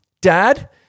dad